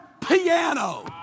piano